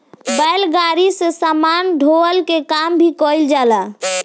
बैलगाड़ी से सामान ढोअला के काम भी कईल जाला